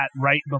right